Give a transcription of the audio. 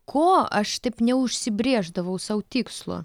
ko aš taip neužsibrėždavau sau tikslo